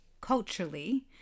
culturally